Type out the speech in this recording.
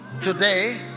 today